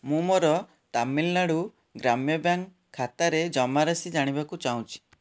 ମୁଁ ମୋର ତାମିଲନାଡ଼ୁ ଗ୍ରାମୀୟ ବ୍ୟାଙ୍କ୍ ଖାତାରେ ଜମାରାଶି ଜାଣିବାକୁ ଚାହୁଁଛି